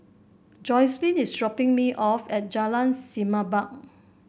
Jocelyn is dropping me off at Jalan Semerbak